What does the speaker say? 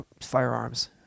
Firearms